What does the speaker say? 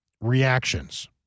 reactions